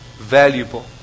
valuable